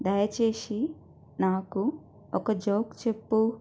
దయచేసి నాకు ఒక జోక్ చెప్పు